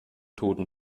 toten